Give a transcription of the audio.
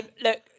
look